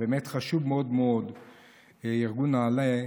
ארגון נעל"ה.